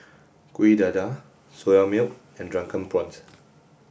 Kueh Dadar Soya Milk and drunken prawns